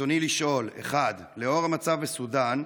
רצוני לשאול: 1. לאור המצב בסודאן,